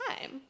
time